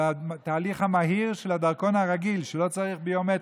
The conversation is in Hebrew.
לתהליך המהיר של הדרכון הרגיל, לא הביומטרי,